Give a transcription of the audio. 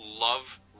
love